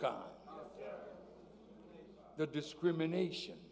food the discrimination